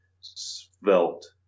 svelte